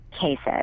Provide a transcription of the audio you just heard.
cases